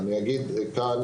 אני אגיד כאן,